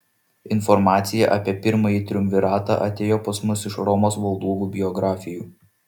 informacija apie pirmąjį triumviratą atėjo pas mus iš romos valdovų biografijų